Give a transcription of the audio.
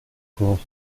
across